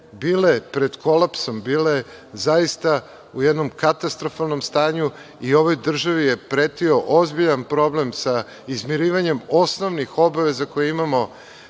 bile pred kolapsom, bile zaista u jednom katastrofalnom stanju i ovoj državi je pretio ozbiljan problem sa izmirivanjem osnovnih obaveza koje imamo